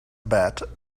bet